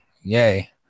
Yay